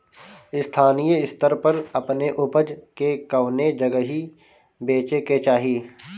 स्थानीय स्तर पर अपने ऊपज के कवने जगही बेचे के चाही?